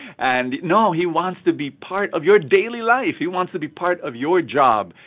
and no. he wants to be part of your daily life. he wants to be part of your job,